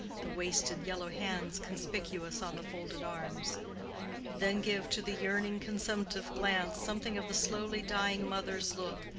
the wasted yellow hands conspicuous on the folded arms then give to the yearning consumptive glance something of the slowly dying mother's look,